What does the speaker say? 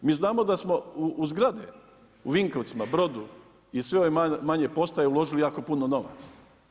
Mi znamo da smo u zgrade, u Vinkovcima, Brodu i sve ove manje postaje uložili jako puno novaca.